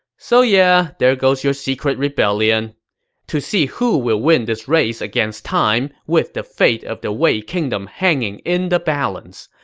so yeah, there goes your secret rebellion to see who will win this race against time with the fate of the wei kingdom hanging in the balance,